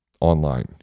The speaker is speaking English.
online